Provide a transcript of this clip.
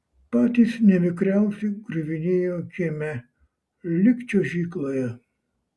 patys nevikriausi griuvinėjo kieme lyg čiuožykloje